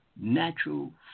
natural